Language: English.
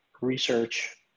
research